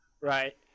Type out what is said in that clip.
Right